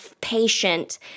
patient